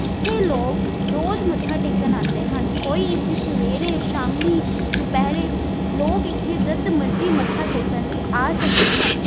ਇੱਥੇ ਲੋਕ ਰੋਜ਼ ਮੱਥਾ ਟੇਕਣ ਆਉਂਦੇ ਹਨ ਕੋਈ ਇੱਥੇ ਸਵੇਰੇ ਸ਼ਾਮ ਦੁਪਹਿਰੇ ਲੋਕ ਇੱਥੇ ਜਦ ਮਰਜ਼ੀ ਮੱਥਾ ਟੇਕਣ ਲਈ ਆ ਸਕਦੇ ਹਨ